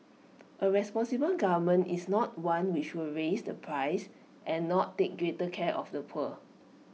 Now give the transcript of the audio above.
A responsible government is not one which will raise the price and not take greater care of the poor